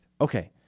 Okay